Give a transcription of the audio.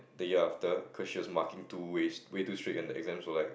the year after cause she was marking too way way too strict and the exams were like